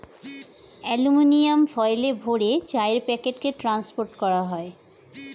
aluminium ফয়েলে ভরে চায়ের প্যাকেটকে ট্রান্সপোর্ট করা হয়